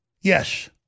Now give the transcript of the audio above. Yes